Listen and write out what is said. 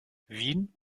wien